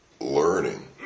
learning